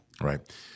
Right